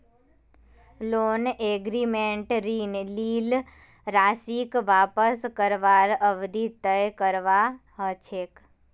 loan एग्रीमेंटत ऋण लील राशीक वापस करवार अवधि तय करवा ह छेक